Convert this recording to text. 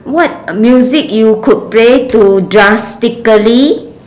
what music you could play to drastically